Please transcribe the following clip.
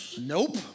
nope